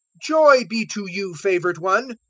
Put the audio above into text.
joy be to you, favoured one!